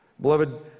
Beloved